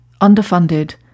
underfunded